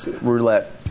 roulette